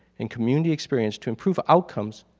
and community experience to improve outcomes.